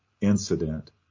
incident